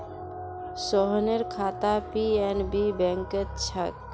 सोहनेर खाता पी.एन.बी बैंकत छेक